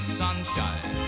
sunshine